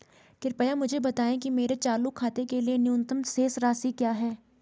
कृपया मुझे बताएं कि मेरे चालू खाते के लिए न्यूनतम शेष राशि क्या है?